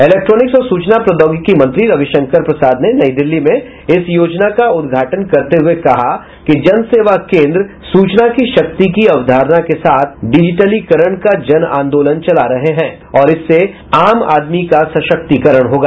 electronics और सूचना प्रौद्योगिकी मंत्री रवि शंकर प्रसाद ने नई दिल्ली में इस योजना का उद्घाटन करते हुए कहा कि जन सेवा केन्द्र सूचना की शक्ति की अवधारणा के साथ डिजिटलीकरण का जन आंदोलन चला रहे हैं और इससे आम आदमी का सशक्तिकरण होगा